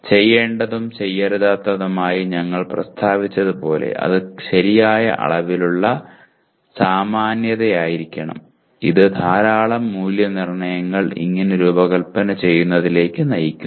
ചെയ്യേണ്ടതും ചെയ്യരുതാത്തതുമായി ഞങ്ങൾ പ്രസ്താവിച്ചതുപോലെ അത് ശരിയായ അളവിലുള്ള സാമാന്യതയായിരിക്കണം ഇത് ധാരാളം മൂല്യനിർണ്ണയ ഇനങ്ങൾ രൂപകൽപ്പന ചെയ്യുന്നതിലേക്ക് നയിക്കുന്നു